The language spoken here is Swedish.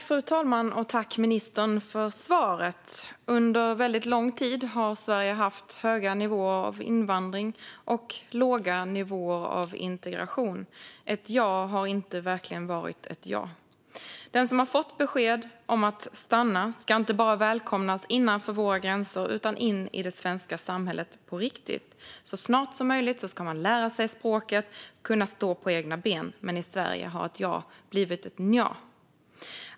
Fru talman! Tack, ministern, för svaret! Under lång tid har Sverige haft höga nivåer av invandring och låga nivåer av integration. Ett ja har inte alltid varit ett ja. Den som har fått besked om att den får stanna ska inte bara välkomnas innanför våra gränser utan välkomnas in i det svenska samhället på riktigt. Så snart som möjligt ska man lära sig språket och kunna stå på egna ben. Men i Sverige har ett ja blivit ett nja.